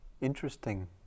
interesting